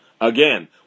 Again